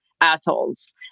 assholes